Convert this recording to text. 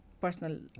personal